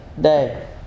day